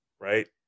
right